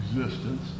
existence